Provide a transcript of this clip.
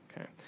Okay